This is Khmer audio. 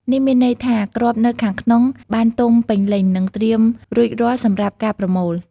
នេះមានន័យថាគ្រាប់នៅខាងក្នុងបានទុំពេញលេញ និងត្រៀមរួចរាល់សម្រាប់ការប្រមូល។